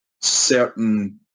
certain